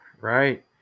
right